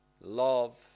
love